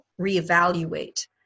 reevaluate